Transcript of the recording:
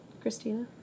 christina